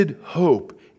hope